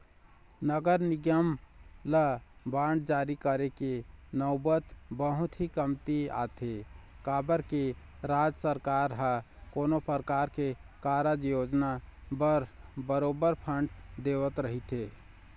नगर निगम ल बांड जारी करे के नउबत बहुत ही कमती आथे काबर के राज सरकार ह कोनो परकार के कारज योजना बर बरोबर फंड देवत रहिथे